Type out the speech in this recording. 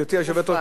גברתי היושבת-ראש,